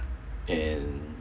and